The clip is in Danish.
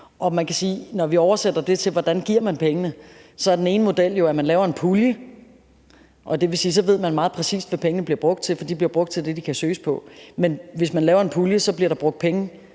når vi oversætter det til, hvordan man giver pengene, at den ene model er, at man laver en pulje, og det vil sige, at man så meget præcist ved, hvad pengene bliver brugt til, for de bliver brugt til det, som de kan søges til, men at der, hvis man laver en pulje, bliver brugt penge